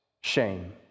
Shame